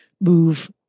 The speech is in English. move